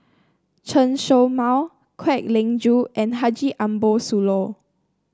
Chen Show Mao Kwek Leng Joo and Haji Ambo Sooloh